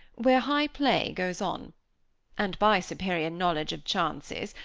where high play goes on and by superior knowledge of chances,